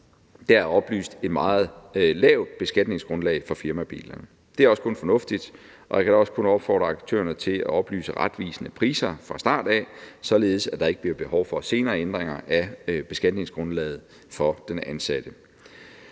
der er oplyst et meget lavt beskatningsgrundlag for firmabilen. Det er også kun fornuftigt, og jeg kan da også kun opfordre aktørerne til at oplyse retvisende priser fra starten, således at der ikke bliver behov for senere at foretage ændringer af beskatningsgrundlaget for den ansatte.